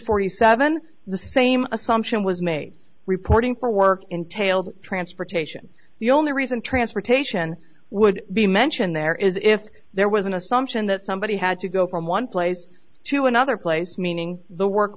forty seven the same assumption was made reporting for work entailed transportation the only reason transportation would be mentioned there is if there was an assumption that somebody had to go from one place to another place meaning the work